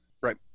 Right